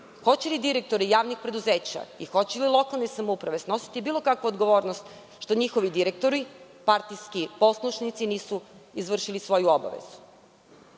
Hoće li direktori javnih preduzeća i hoće li lokalne samouprave snositi bilo kakvu odgovornost što njihovi direktori, partijski poslušnici, nisu izvršili svoju obavezu?